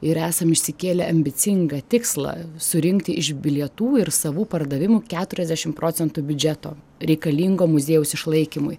ir esam išsikėlę ambicingą tikslą surinkti iš bilietų ir savų pardavimų keturiasdešim procentų biudžeto reikalingo muziejaus išlaikymui